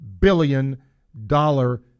billion-dollar